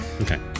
okay